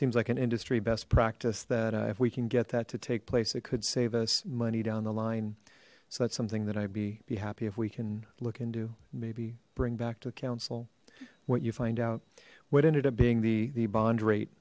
seems like an industry best practice that if we can get that to take place it could save us money down the line so that's something that i'd be be happy if we can look into maybe bring back to the council what you find out what ended up being the the bond rate